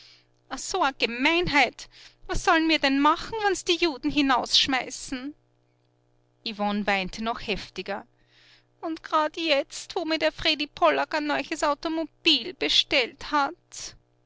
a so a gemeinheit was soll'n mir denn machen wann s die juden hinausschmeißen yvonne weinte noch heftiger und grad jetzt wo mir der fredi pollak a neuches automobil bestellt hat